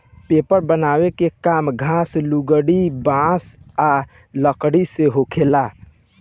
paper बनावे के काम घास, लुगदी, बांस आ लकड़ी से होखेला